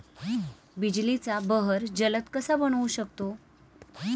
बिजलीचा बहर जलद कसा बनवू शकतो?